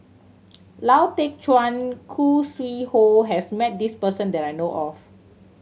Lau Teng Chuan Khoo Sui Hoe has met this person that I know of